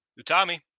Utami